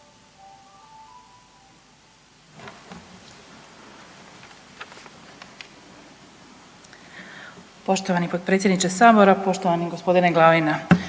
Poštovani potpredsjedniče Sabora, poštovani gospodine Glavina,